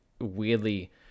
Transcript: weirdly